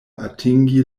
atingi